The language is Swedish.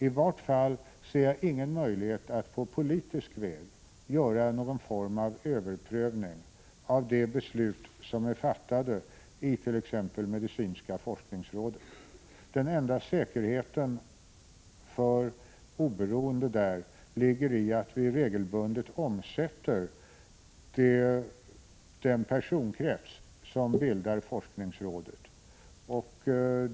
I varje fall ser jag ingen möjlighet att på politisk väg göra någon form av överprövning av de beslut som är fattade i t.ex. medicinska forskningsrådet. Den enda säkerheten för oberoende där ligger i att vi regelbundet omsätter den personkrets som bildar forskningsrådet.